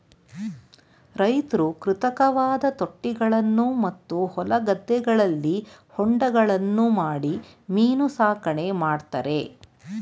ರೈತ್ರು ಕೃತಕವಾದ ತೊಟ್ಟಿಗಳನ್ನು ಮತ್ತು ಹೊಲ ಗದ್ದೆಗಳಲ್ಲಿ ಹೊಂಡಗಳನ್ನು ಮಾಡಿ ಮೀನು ಸಾಕಣೆ ಮಾಡ್ತರೆ